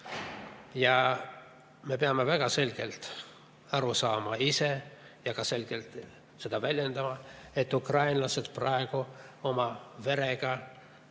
Ja me peame väga selgelt aru saama ise ja ka selgelt seda väljendama, et ukrainlased praegu oma verega,